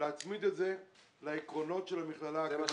להצמיד את זה לעקרונות של המכללה האקדמית.